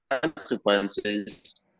consequences